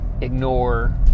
ignore